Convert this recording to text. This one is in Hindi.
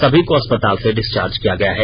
सभी को अस्पताल से डिस्चार्ज किया गया है